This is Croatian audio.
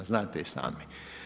Znate i sami.